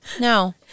No